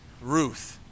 Ruth